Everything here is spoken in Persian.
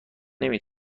نمی